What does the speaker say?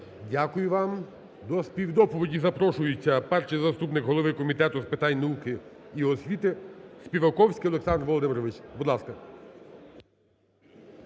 Дякую вам. До співдоповіді запрошується перший заступник голови Комітету з питань науки і освіти Співаковський Олександр Володимирович. Будь ласка.